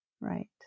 Right